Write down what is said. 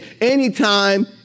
anytime